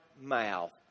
mouth